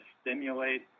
stimulate